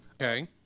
Okay